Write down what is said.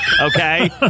okay